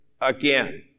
again